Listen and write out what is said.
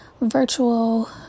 virtual